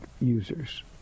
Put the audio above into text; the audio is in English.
users